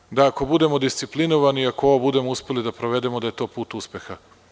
I svi znate da ako budemo disciplinovani i ako ovo budemo uspeli da provedemo, da je to put uspeha.